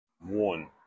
one